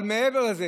אבל מעבר לזה,